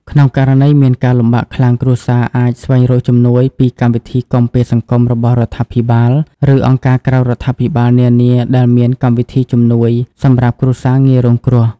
ក្នុងករណីមានការលំបាកខ្លាំង គ្រួសារអាចស្វែងរកជំនួយពីកម្មវិធីគាំពារសង្គមរបស់រដ្ឋាភិបាល ឬអង្គការក្រៅរដ្ឋាភិបាលនានាដែលមានកម្មវិធីជំនួយសម្រាប់គ្រួសារងាយរងគ្រោះ។